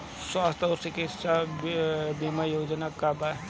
स्वस्थ और चिकित्सा बीमा योजना का बा?